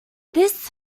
this